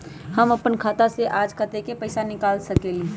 हम अपन खाता से आज कतेक पैसा निकाल सकेली?